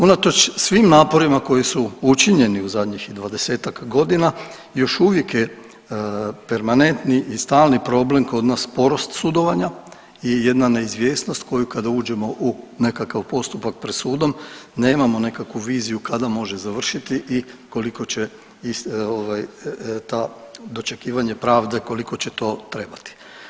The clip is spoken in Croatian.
Unatoč svim naporima koji su učinjeni u zadnjih 20-ak godina još uvijek je permanentni i stalni problem kod nas porast sudovanja i jedna neizvjesnost koja kada uđemo u nekakav postupak pred sudom nemamo nekakvu viziju kada može završiti i koliko će ta do očekivanje pravde koliko će to trebati.